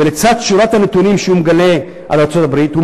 ולצד שורת הנתונים שהוא מגלה על ארצות-הברית הוא